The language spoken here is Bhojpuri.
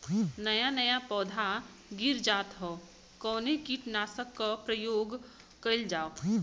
नया नया पौधा गिर जात हव कवने कीट नाशक क प्रयोग कइल जाव?